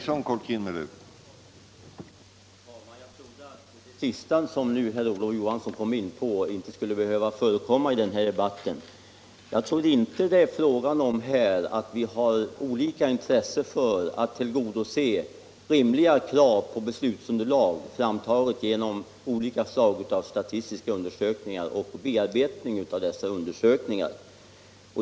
Herr talman! Det senaste som herr Olof Johansson i Stockholm nu kom in på trodde jag inte skulle behöva förekomma i den här debatten. Jag tror inte att det här var fråga om att vi har olika intresse för att tillgodose rimliga krav på beslutsunderlag, framtaget genom olika slag av statistiska undersökningar och bearbetning av dessa undersökningar.